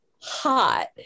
hot